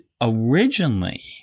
originally